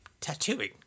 Tattooing